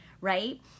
right